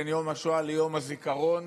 בין יום השואה ליום הזיכרון,